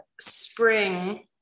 spring